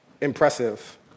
impressive